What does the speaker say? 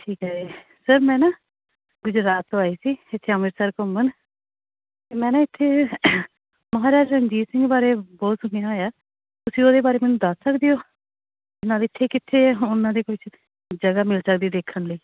ਠੀਕ ਹੈ ਸਰ ਮੈਂ ਨਾ ਗੁਜਰਾਤ ਤੋਂ ਆਈ ਸੀ ਇੱਥੇ ਅੰਮ੍ਰਿਤਸਰ ਘੁੰਮਣ ਅਤੇ ਮੈਂ ਨਾ ਇੱਥੇ ਮਹਾਰਾਜਾ ਰਣਜੀਤ ਸਿੰਘ ਬਾਰੇ ਬਹੁਤ ਸੁਣਿਆ ਹੋਇਆ ਤੁਸੀਂ ਉਹਦੇ ਬਾਰੇ ਮੈਨੂੰ ਦੱਸ ਸਕਦੇ ਹੋ ਨਾਲ਼ੇ ਇੱਥੇ ਕਿੱਥੇ ਉਹਨਾਂ ਦੇ ਕੁਛ ਜਗ੍ਹਾ ਮਿਲ ਸਕਦੀ ਦੇਖਣ ਲਈ